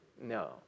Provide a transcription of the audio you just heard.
No